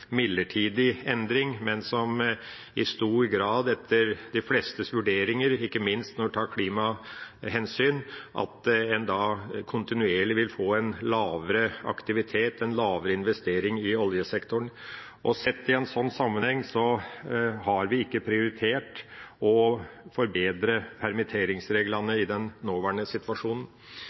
midlertidig endring, men hvor en i stor grad, etter de flestes vurdering og ikke minst når man tar klimahensyn, kontinuerlig vil få en lavere aktivitet, en lavere investering. Sett i en slik sammenheng har vi ikke prioritert å forbedre permitteringsreglene i den nåværende situasjonen.